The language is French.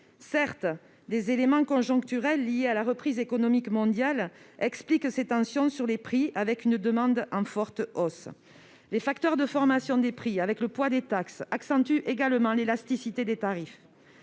Certes, des éléments conjoncturels liés à la reprise économique mondiale expliquent ces tensions sur les prix, avec une demande en forte hausse. Les facteurs de formation des prix, avec le poids des taxes, accentuent également l'élasticité des tarifs.